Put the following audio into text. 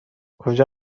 کجا